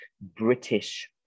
British